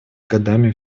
годами